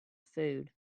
food